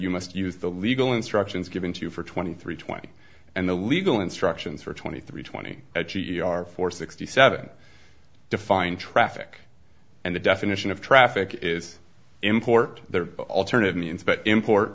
you must use the legal instructions given to you for twenty three twenty and the legal instructions for twenty three twenty i g e r four sixty seven define traffic and the definition of traffic is import there are alternative means but import